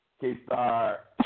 K-Star